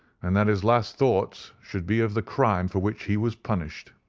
and that his last thoughts should be of the crime for which he was punished.